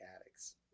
addicts